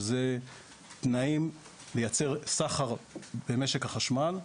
שהיא תנאים לייצר סחר במשק החשמל.